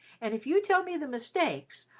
and if you'll tell me the mistakes,